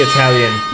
Italian